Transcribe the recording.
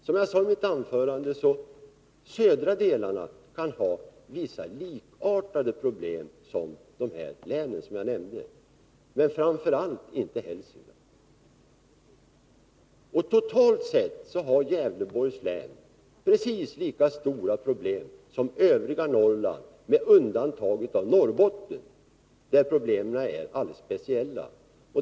Som jag sade i mitt anförande kan södra delarna ha vissa likartade problem som de län jag här nämnde, men framför allt inte Hälsingland. Totalt sett har Gävleborgs län precis lika stora problem som övriga Norrland med undantag för Norrbotten, där problemen är alldeles speciella.